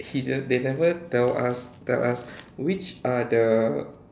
he just they never tell us tell us which are the